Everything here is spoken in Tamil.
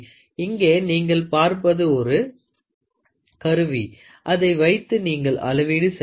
இங்கே நீங்கள் பார்ப்பது ஒரு கருவி அதை வைத்து நீங்கள் அளவீடு செய்யலாம்